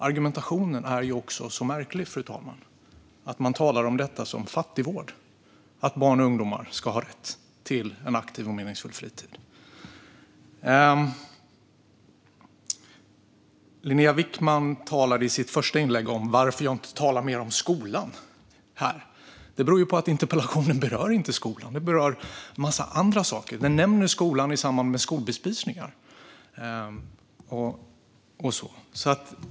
Argumentationen är ju också så märklig, fru talman - man talar om detta som fattigvård när det i själva verket gäller att barn och ungdomar ska ha rätt till en aktiv och meningsfull fritid. Linnéa Wickman undrade i sitt första anförande varför jag inte talar mer om skolan här. Det beror på att interpellationen inte berör skolan. Den berör en massa andra saker. Den nämner skolan i samband med skolbespisningar.